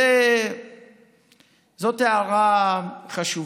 זאת הערה חשובה.